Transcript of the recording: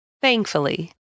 thankfully